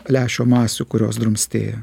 lęšio masių kurios drumstėja